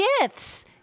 gifts